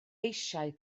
eisiau